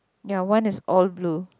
ya one is all blue